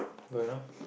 good enough